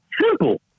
simple